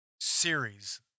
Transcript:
series